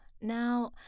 Now